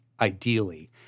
ideally